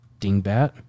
dingbat